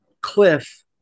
Cliff